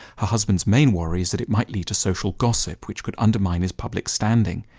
her husband's main worry is that it might lead to social gossip which could undermine his public standing.